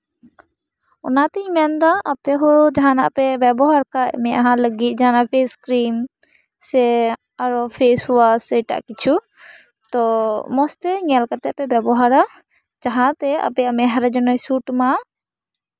ᱚᱱᱟᱛᱤᱧ ᱢᱮᱱᱫᱟ ᱟᱯᱮ ᱦᱚᱸ ᱡᱟᱦᱟᱱᱟᱜ ᱯᱮ ᱵᱮᱵᱚᱦᱟᱨ ᱠᱷᱟᱱ ᱢᱮᱫᱦᱟ ᱞᱟᱹᱜᱤᱫ ᱡᱟᱦᱟᱱᱟᱜ ᱯᱷᱮᱥ ᱠᱨᱤᱢ ᱥᱮ ᱟᱨᱚ ᱯᱷᱮᱥᱚᱣᱟᱥ ᱟᱨᱚ ᱮᱴᱟᱜ ᱠᱤᱪᱷᱩ ᱛᱚ ᱢᱚᱡᱽ ᱛᱮ ᱧᱮᱞ ᱠᱟᱛᱮᱫ ᱯᱮ ᱵᱮᱵᱚᱦᱟᱨᱟ ᱡᱟᱦᱟᱸᱛᱮ ᱟᱯᱮᱭᱟᱜ ᱢᱮᱫᱦᱟ ᱨᱮ ᱡᱮᱱᱚᱭ ᱥᱩᱴ ᱢᱟ